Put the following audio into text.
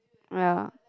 ya